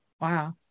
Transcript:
Wow